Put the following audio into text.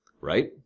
right